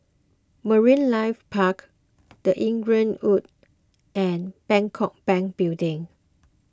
Marine Life Park the Inglewood and Bangkok Bank Building